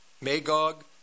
Magog